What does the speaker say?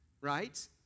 Right